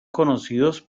conocidos